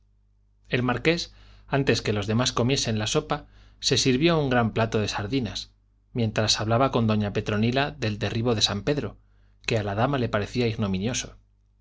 el marqués antes que los demás comiesen la sopa se sirvió un gran plato de sardinas mientras hablaba con doña petronila del derribo de san pedro que a la dama le parecía ignominioso